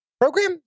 program